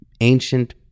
ancient